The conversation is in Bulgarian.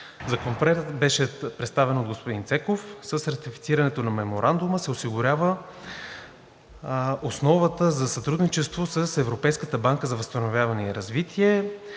Законопроектът беше представен от господин Цеков. С ратифицирането на Меморандума се осигурява основата за сътрудничество с Европейската банка за възстановяване и развитие